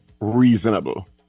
reasonable